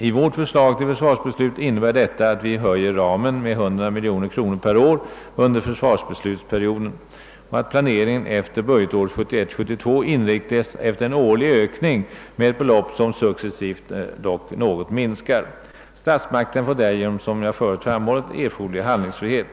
I vårt förslag till försvarsbeslut innebär detta att vi höjer ramen med 100 miljoner kronor per år under försvarsbeslutsperioden och att planeringen efter budgetåret 1971/72 inriktas efter en årlig ökning med ett belopp som successivt minskar något. Statsmakterna får därigenom, som jag förut framhållit, erforderlig handlingsfrihet.